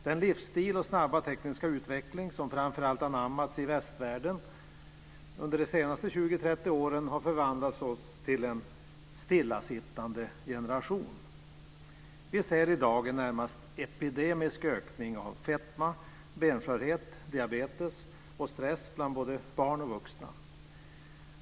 Den livsstil och snabba tekniska utveckling som framför allt har anammats i västvärlden under de senaste 20-30 åren har förvandlat oss till en stillasittande generation. Vi ser i dag en närmast epidemisk ökning av fetma, benskörhet, diabetes och stress bland både barn och vuxna.